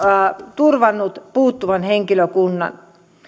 turvannut puuttuvan henkilökunnan